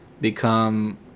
become